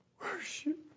Worship